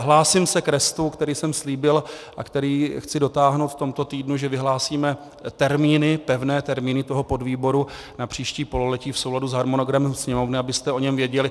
Hlásím se k restu, který jsem slíbil a který chci dotáhnout v tomto týdnu, že vyhlásíme termíny, pevné termíny toho podvýboru na příští pololetí v souladu s harmonogramem Sněmovny, abyste o něm věděli.